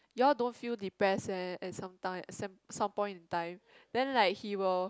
you all don't feel depress meh at sometime at some point in time then like he will